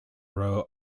row